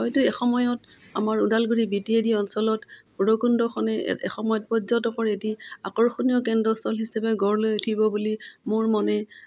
হয়তো এসময়ত আমাৰ Udalguri B T A D অঞ্চলত ভৈৰৱকুণ্ডখনে এসময়ত পৰ্যটকৰ এটি আকৰ্ষণীয় কেন্দ্ৰস্থল হিচাপে গঢ় লৈ উঠিব বুলি মোৰ মনে